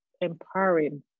empowering